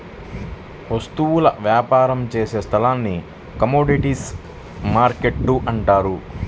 వస్తువుల వ్యాపారం చేసే స్థలాన్ని కమోడీటీస్ మార్కెట్టు అంటారు